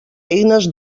eines